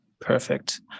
Perfect